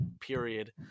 period